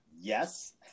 Yes